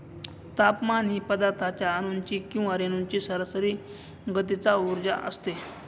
तापमान ही पदार्थाच्या अणूंची किंवा रेणूंची सरासरी गतीचा उर्जा असते